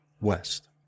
west